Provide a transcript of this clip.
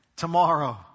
tomorrow